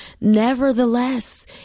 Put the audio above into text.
Nevertheless